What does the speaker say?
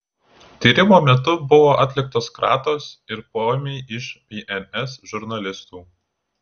tyrimo metu buvo atliktos kratos ir poėmiai iš bns žurnalistų